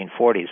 1940s